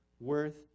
worth